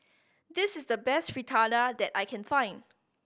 this is the best Fritada that I can find